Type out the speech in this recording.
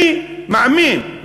אני מאמין,